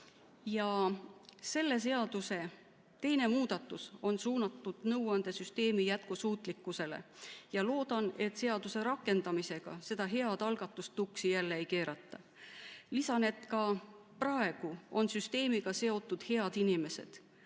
Selle seaduse teine muudatus on suunatud nõuandesüsteemi jätkusuutlikkusele. Loodan, et seaduse rakendamisega seda head algatust jälle tuksi ei keerata. Lisan, et ka praegu on süsteemiga seotud head inimesed.